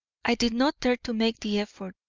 i did not dare to make the effort.